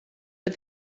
but